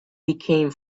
became